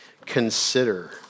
consider